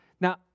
Now